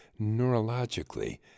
neurologically